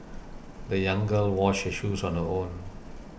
the young girl washed her shoes on her own